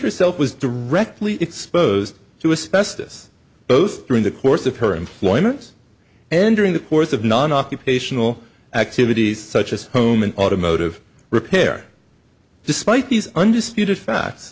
herself was directly exposed to a specialist both during the course of her employment and during the course of non occupational activities such as home and automotive repair despite these undisputed fact